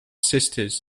sisters